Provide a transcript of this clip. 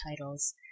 titles